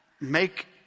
make